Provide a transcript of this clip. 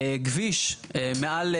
כביש מעל,